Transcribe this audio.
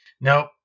Nope